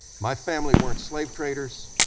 my family weren't slave traders,